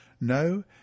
No